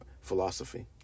philosophy